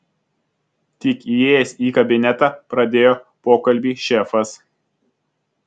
tik įėjęs į kabinetą pradėjo pokalbį šefas